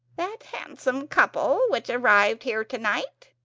that's a handsome couple which arrived here tonight.